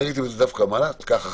אני ראיתי בזה דווקא מעלה תיקח אחריות.